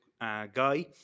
guy